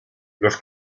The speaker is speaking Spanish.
los